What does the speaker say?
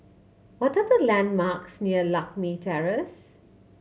what are the landmarks near Lakme Terrace